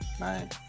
Right